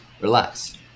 relax